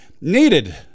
Needed